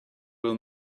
will